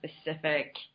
specific